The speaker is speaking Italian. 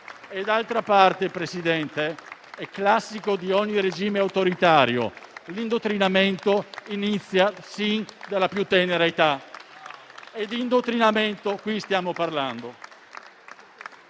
D'altra parte, signor Presidente, come è classico di ogni regime autoritario, l'indottrinamento inizia sin dalla più tenera età; e qui di indottrinamento stiamo parlando.